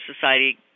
Society